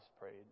prayed